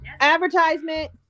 Advertisement